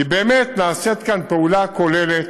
כי באמת נעשית כאן פעולה כוללת,